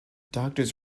doctors